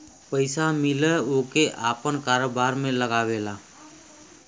पइसा मिले ओके आपन कारोबार में लगावेला